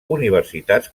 universitats